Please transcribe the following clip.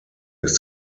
ist